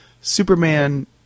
Superman